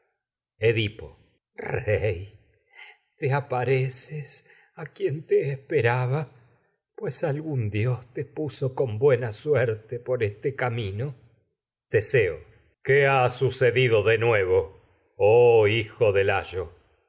edipo rey te apareces a quien te esperaba ca pues algún dios te puso con buena suerte por este mino teseo qué ha sucedido de nuevo oh hijo de layo